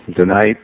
Tonight